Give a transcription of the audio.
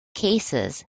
cases